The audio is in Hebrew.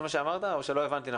זה מה שאמרת או שלא הבנתי?